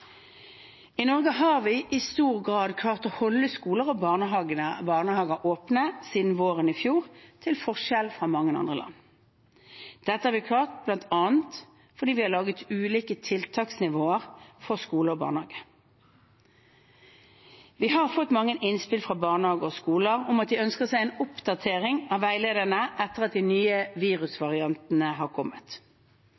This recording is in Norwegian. I Norge har vi i stor grad klart å holde skoler og barnehager åpne siden våren i fjor, til forskjell fra mange andre land. Dette har vi klart bl.a. fordi vi har laget ulike tiltaksnivåer for skoler og barnehager. Vi har fått mange innspill fra barnehagene og skolene om at de ønsker seg en oppdatering av veilederne etter at de nye